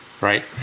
right